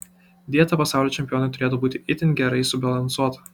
dieta pasaulio čempionei turėtų būti itin gerai subalansuota